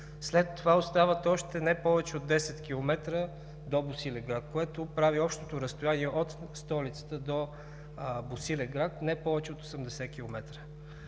След това остават още не повече от 10 км до Босилеград, което прави общото разстояние от столицата до Босилеград не повече от 80 км.